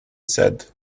said